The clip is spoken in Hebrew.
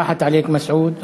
ראחת עליכּ, מסעוד.